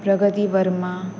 प्रगती वर्मा